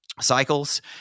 cycles